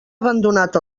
abandonat